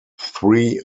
three